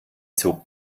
zog